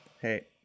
Hey